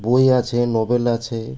বই আছে নভেল আছে